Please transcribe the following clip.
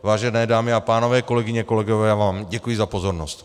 Vážené dámy a pánové, kolegyně, kolegové, já vám děkuji za pozornost.